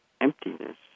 emptiness